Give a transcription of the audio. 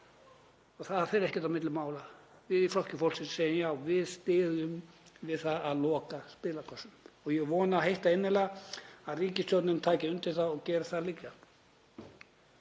Það fer ekkert á milli mála. Við í Flokki fólksins segjum já, við styðjum við það að loka spilakössum. Ég vona heitt og innilega að ríkisstjórnin taki undir það og geri það líka.